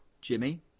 Jimmy